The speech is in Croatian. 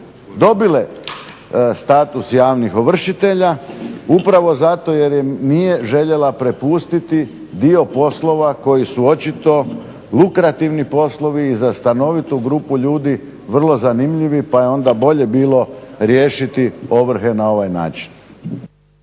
dobile status javnih ovršitelja upravo zato jer im nije željela prepustiti dio poslova koji su očito lukrativni poslovi za stanovitu grupu ljudi vrlo zanimljivi pa je onda bilo bolje riješiti ovrhe na ovaj način.